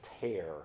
tear